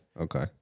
Okay